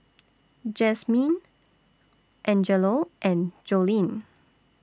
Jazmyne Angelo and Joleen